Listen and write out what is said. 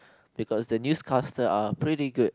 because the newscaster are pretty good